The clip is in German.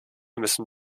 müssen